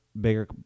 bigger